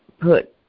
Put